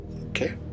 Okay